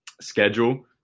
schedule